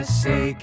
say